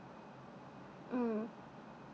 mm